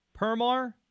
Permar